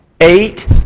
eight